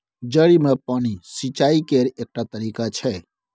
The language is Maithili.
जड़ि मे पानि सिचाई केर एकटा तरीका छै